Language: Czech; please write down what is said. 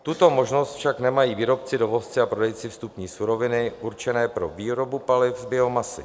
Tuto možnost však nemají výrobci, dovozci a prodejci vstupní suroviny určené pro výrobu paliv z biomasy.